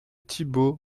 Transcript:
thibault